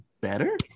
better